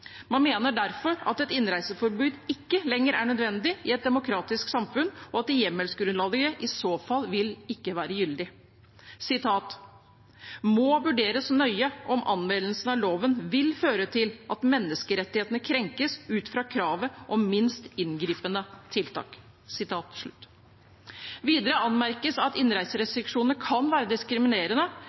Man mener derfor at et innreiseforbud ikke lenger er nødvendig i et demokratisk samfunn, og at hjemmelsgrunnlaget i så fall ikke vil være gyldig. Det «må vurderes nøye om anvendelsen av loven vil føre til at menneskerettighetene krenkes ut fra kravet om det minst inngripende tiltak». Videre anmerkes at innreiserestriksjonene kan være diskriminerende